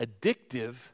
addictive